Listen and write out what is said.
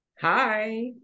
Hi